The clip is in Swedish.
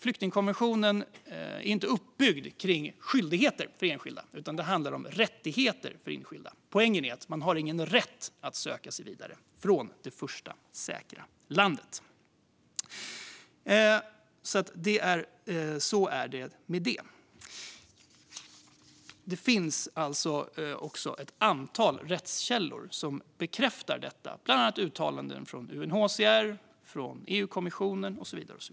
Flyktingkonventionen är nämligen inte uppbyggd kring skyldigheter för enskilda utan kring rättigheter för enskilda. Poängen är att man inte har någon rätt att söka sig vidare från det första säkra landet. Så är det med det. Det finns också ett antal rättskällor som bekräftar detta, bland annat uttalanden från UNHCR, EU-kommissionen och så vidare.